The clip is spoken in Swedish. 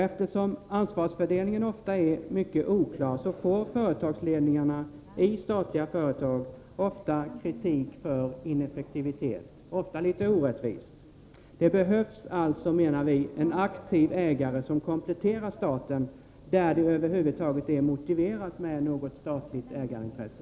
Eftersom ansvarsfördelningen ofta är mycket oklar får företagsledningarna i statliga företag ofta kritik för ineffektivitet — ibland litet orättvist. Det behövs alltså, menar vi, en aktiv ägare som kompletterar staten, där det över huvud taget är motiverat med något statligt ägarintresse.